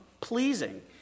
pleasing